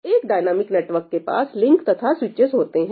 एक dynamic network के पास लिंक्स तथा स्विचस होते हैं